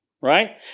right